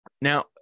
Now